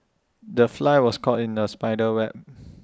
the fly was caught in the spider's web